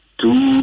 two